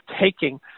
taking